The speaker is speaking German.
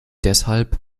deshalb